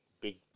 Big